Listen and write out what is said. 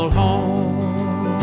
home